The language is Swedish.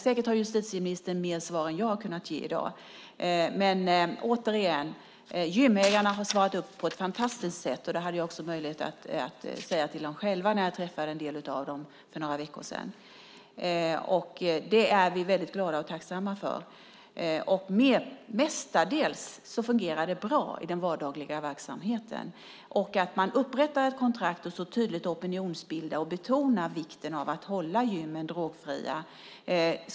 Säkert har justitieministern mer svar än vad jag har kunnat ge i dag. Återigen: Gymägarna har svarat upp på ett fantastiskt sätt. Det hade jag också möjlighet att säga till dem själva när jag träffade en del av dem för några veckor sedan. Det är vi väldigt glada och tacksamma för. Mestadels fungerar det bra i den vardagliga verksamheten. Man upprättar ett kontrakt, opinionsbildar och betonar vikten av att hålla gymmen drogfria.